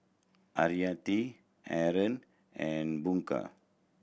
Hayati Aaron and Bunga